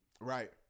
Right